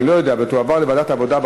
אני לא יודע אבל היא תועבר לוועדת העבודה,